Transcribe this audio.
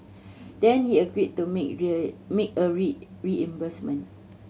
then he agreed to make make a reimbursement